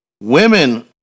women